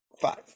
Five